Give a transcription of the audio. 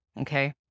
okay